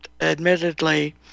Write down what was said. admittedly